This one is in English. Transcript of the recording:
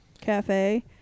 Cafe